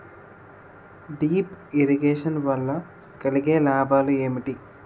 Drip irrigation వల్ల కలిగే లాభాలు ఏంటి?